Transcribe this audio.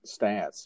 stats